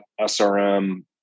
SRM